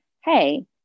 hey